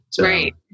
Right